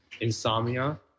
insomnia